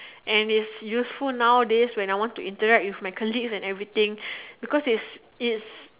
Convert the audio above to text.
and is useful nowadays when I want to interact with my colleagues and everything because is is